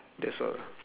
that's all